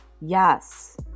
Yes